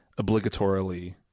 obligatorily